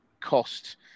cost